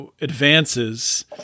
advances